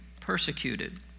persecuted